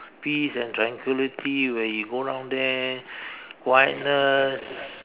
peace and tranquility where you go down there quietness